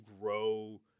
grow